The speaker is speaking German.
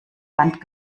wand